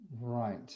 Right